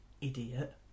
idiot